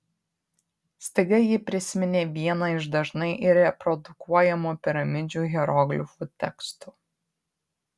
staiga ji prisiminė vieną iš dažnai reprodukuojamų piramidžių hieroglifų tekstų